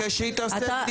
אתה מבקש שהיא תעשה בדיקה,